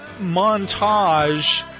montage